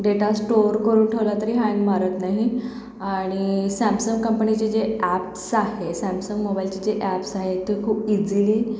data store करून ठेवला तरी हँग मारत नाही आणि सॅमसंग कंपनीचे जे ॲप्स आहे सॅमसंग मोबाइलचे जे ॲप्स आहे ते खूप इझिली